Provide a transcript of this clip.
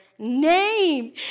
name